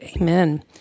Amen